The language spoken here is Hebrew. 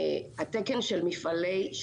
התקן של מפעלי,